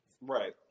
Right